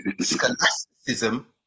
scholasticism